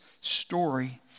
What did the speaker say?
story